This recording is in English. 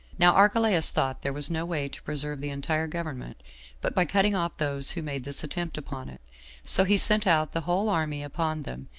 now archelaus thought there was no way to preserve the entire government but by cutting off those who made this attempt upon it so he sent out the whole army upon them,